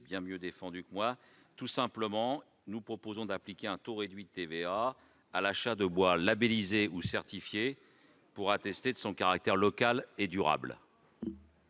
bien mieux que moi. Nous proposons tout simplement d'appliquer un taux réduit de TVA à l'achat de bois labellisé ou certifié pour attester de son caractère local et durable.